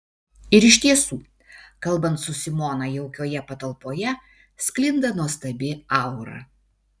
ir iš tiesų kalbant su simona jaukioje patalpoje sklinda nuostabi aura